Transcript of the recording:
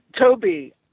Toby